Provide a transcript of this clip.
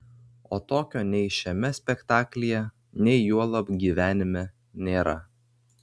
o tokio nei šiame spektaklyje nei juolab gyvenime nėra